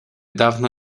dawno